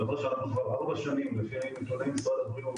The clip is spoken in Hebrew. דבר שאנחנו כבר ארבע שנים לפי נתוני משרד הבריאות